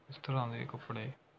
ਇਸ ਤਰ੍ਹਾਂ ਦੇ ਕੱਪੜੇ